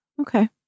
Okay